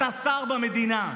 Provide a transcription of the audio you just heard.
אתה שר במדינה.